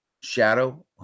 shadow